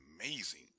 amazing